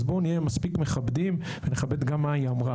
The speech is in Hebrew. אז בואו נהיה מספיק מכבדים ונכבד גם מה היא אמרה.